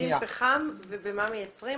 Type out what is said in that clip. מפחיתים פחם, במה מייצרים?